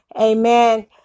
Amen